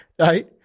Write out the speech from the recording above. right